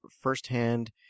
firsthand